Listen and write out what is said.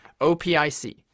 OPIC